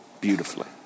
beautifully